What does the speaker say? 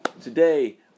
today